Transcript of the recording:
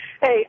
Hey